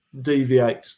deviate